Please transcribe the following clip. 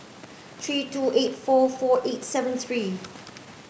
three two eight four four eight seven three